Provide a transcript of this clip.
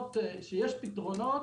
שיש פתרונות.